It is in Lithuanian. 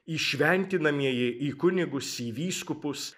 įšventinamieji į kunigus į vyskupus